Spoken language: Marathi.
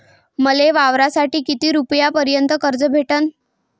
मले वावरासाठी किती रुपयापर्यंत कर्ज भेटन?